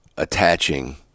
attaching